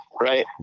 Right